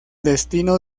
destino